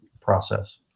process